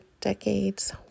decades